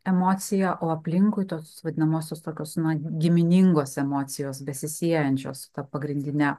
emocija o aplinkui tos vadinamosios tokios na giminingos emocijos besisiejančios su ta pagrindine